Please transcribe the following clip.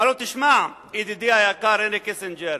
הוא אמר לו: תשמע, ידידי היקר, הנרי קיסינג'ר,